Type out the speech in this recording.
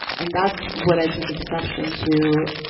and that's what i take exception to.